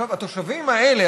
התושבים האלה,